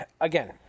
again